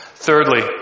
Thirdly